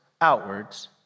outwards